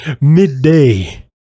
midday